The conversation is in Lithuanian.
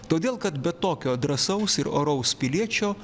todėl kad be tokio drąsaus ir oraus piliečio